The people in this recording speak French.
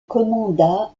commanda